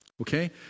Okay